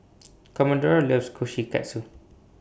Commodore loves Kushikatsu